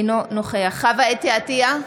אינו נוכח חוה אתי עטייה,